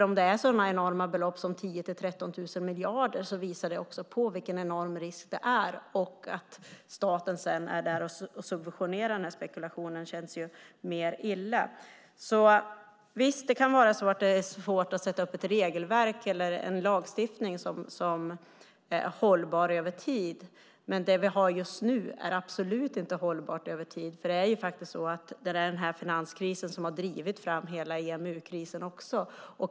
Om det är sådana enorma belopp som 10 000 miljarder till 13 000 miljarder visar det vilken enorm risk det är. Att staten subventionerar spekulationen känns illa. Det kan vara svårt att sätta upp ett regelverk eller skapa en lagstiftning som är hållbar över tid, men det vi har nu är absolut inte hållbart över tid. Det är faktiskt den här finanskrisen som har drivit fram hela EMU-krisen.